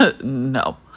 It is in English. No